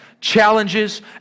challenges